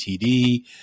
TD